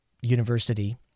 university